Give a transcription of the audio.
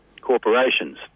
Corporations